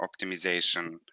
optimization